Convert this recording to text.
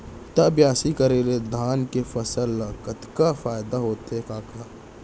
त बियासी करे ले धान के फसल ल कतका फायदा होथे कका?